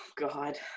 god